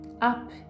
up